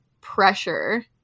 pressure